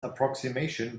approximation